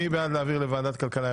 מי בעד העברת שלוש ההצעות לוועדת הכלכלה?